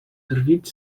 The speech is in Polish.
drwić